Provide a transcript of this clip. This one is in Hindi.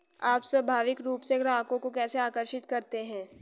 आप स्वाभाविक रूप से ग्राहकों को कैसे आकर्षित करते हैं?